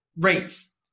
rates